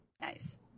Nice